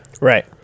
Right